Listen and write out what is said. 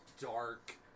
dark